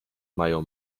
mają